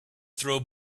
throw